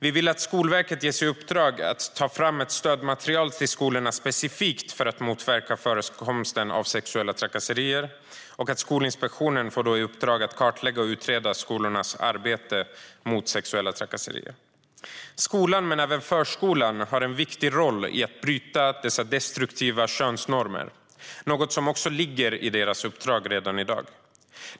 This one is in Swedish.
Vi vill att Skolverket får i uppdrag att ta fram ännu ett stödmaterial, specifikt för att motverka förekomsten av sexuella trakasserier, och att Skolinspektionen får i uppdrag att kartlägga och utreda skolornas arbete mot sexuella trakasserier. Skolan, men även förskolan, har en viktig roll när det gäller att bryta dessa destruktiva könsnormer. Det ligger i deras uppdrag redan i dag.